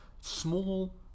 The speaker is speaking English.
Small